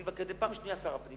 אני פעם שנייה שר הפנים,